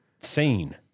seen